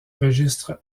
registre